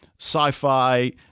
sci-fi